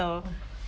oh god